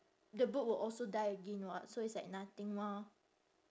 the bird will also die again [what] so it's like nothing mah